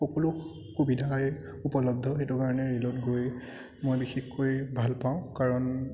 সকলো সুবিধাই উপলব্ধ সেইটো কাৰণে ৰে'লত গৈ মই বিশেষকৈ ভালপাওঁ কাৰণ